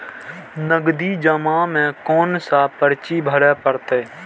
नगदी जमा में कोन सा पर्ची भरे परतें?